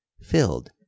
filled